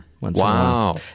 Wow